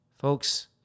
Folks